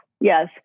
Yes